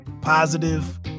positive